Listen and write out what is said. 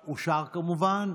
כמובן.